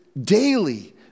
daily